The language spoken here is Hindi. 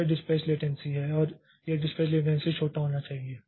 तो यह डिस्पैच लेटेंसी है और यह डिस्पैच लेटेंसी छोटा होना चाहिए